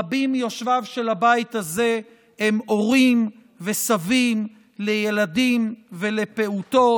רבים מיושביו של הבית הזה הם הורים וסבים לילדים ולפעוטות